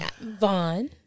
Vaughn